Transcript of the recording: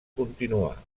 continuar